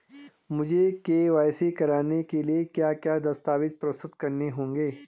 मुझे के.वाई.सी कराने के लिए क्या क्या दस्तावेज़ प्रस्तुत करने होंगे?